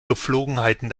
gepflogenheiten